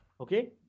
Okay